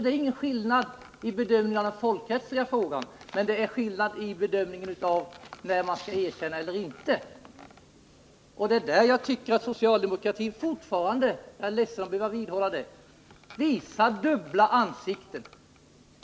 Det är ingen skillnad i bedömningen av den folkrättsliga frågan, men det är skillnad i bedömningen av när man skall erkänna en regim eller inte. Det är där jag tycker att socialdemokratin fortfarande — jag är ledsen att behöva vidhålla det — visar sitt janusansikte.